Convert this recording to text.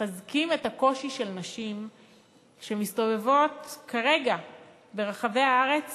מחזקים את הקושי של נשים שמסתובבות כרגע ברחבי הארץ